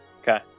Okay